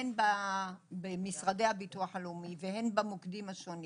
הן במשרדי הביטוח הלאומי, הן במוקדים השונים